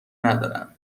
ندارن